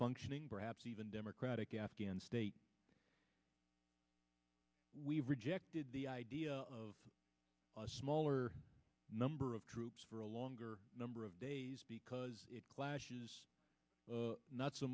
functioning perhaps even democratic afghan state we've rejected the idea of a smaller number of troops for a longer number of days because it clashes not so